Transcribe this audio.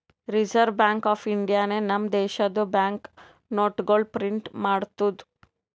reserve bank of ಇಂಡಿಯಾನೆ ನಮ್ ದೇಶದು ಬ್ಯಾಂಕ್ ನೋಟ್ಗೊಳ್ ಪ್ರಿಂಟ್ ಮಾಡ್ತುದ್